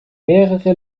mehrere